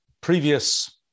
previous